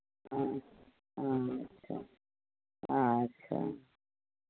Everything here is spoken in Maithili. हँ अच्छा अच्छा